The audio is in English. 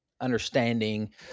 understanding